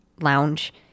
lounge